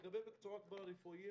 לגבי מקצועות פרה-רפואיים,